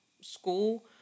school